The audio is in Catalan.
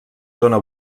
zona